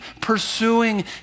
pursuing